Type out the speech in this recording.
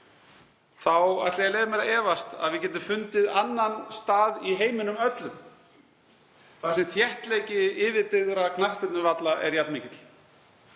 þá ætla ég að leyfa mér að efast um að við getum fundið annan stað í heiminum öllum þar sem þéttleiki yfirbyggðra knattspyrnuvalla er jafn mikill.